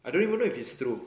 I don't even know if it's true